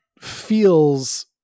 feels